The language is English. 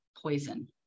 poison